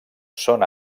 són